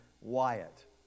Wyatt